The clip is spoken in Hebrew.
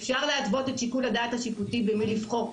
אפשר להתוות את שיקול הדעת השיפוטי במי לבחור,